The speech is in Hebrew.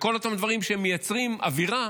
וכל אותם דברים שמייצרים אווירה